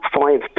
five